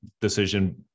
decision